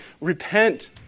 repent